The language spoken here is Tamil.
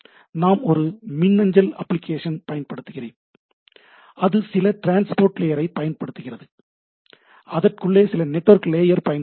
நான் ஒரு மின்னஞ்சல் அப்ளிகேஷன் பயன்படுத்துகிறேன் அது சில டிரான்ஸ்போர்ட் லேயரை பயன்படுத்துகிறது அதற்குள்ளே சில நெட்வொர்க் லேயர் பயன்படுகிறது